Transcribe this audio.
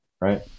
right